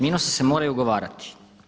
Minusi se moraju ugovarati.